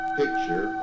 picture